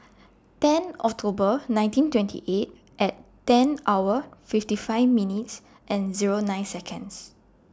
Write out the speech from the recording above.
ten October nineteen twenty eight ten hours fifty five minutes and Zero nine